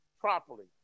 properly